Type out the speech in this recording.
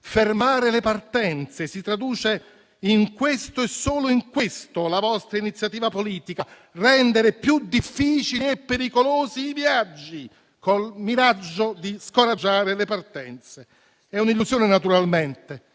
Fermare le partenze: si traduce in questo e solo in questo la vostra iniziativa politica. Rendere più difficili e pericolosi i viaggi col miraggio di scoraggiare le partenze. È un'illusione, naturalmente,